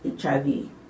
HIV